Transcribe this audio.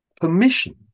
permission